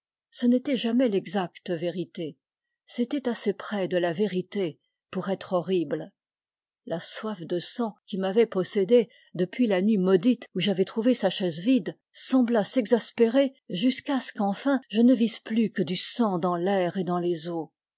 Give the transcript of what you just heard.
ce n'était jamais l'exacte vérité c'était assez près de la vérité pour être horrible la soif de sang qui m'avait possédé depuis la nuit maudite où j'avais trouvé sa chaise vide sembla s'exaspérer jusqu'à ce qu'enfin je ne visse plus que du sang dans tair et dans les eaux